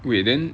wait then